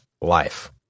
life